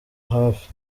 hafi